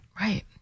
Right